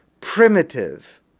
primitive